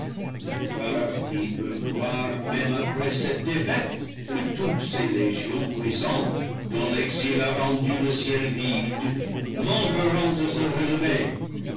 qui peut croire même après cette défaite que toutes ces légions puissantes dont l'exil a rendu le ciel vide manqueront à se relever